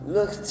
Look